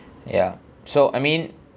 ya so I mean